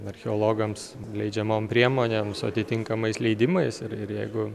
archeologams leidžiamom priemonėm su atitinkamais leidimais ir ir jeigu